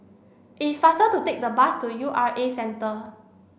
it is faster to take the bus to U R A Centre